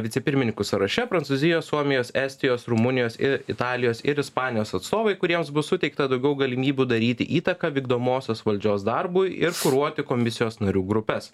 vicepirmininkų sąraše prancūzijos suomijos estijos rumunijos ir italijos ir ispanijos atstovai kuriems bus suteikta daugiau galimybių daryti įtaką vykdomosios valdžios darbui ir kuruoti komisijos narių grupes